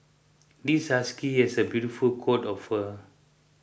this husky has a beautiful coat of fur